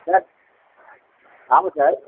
sir ஆமாம் sir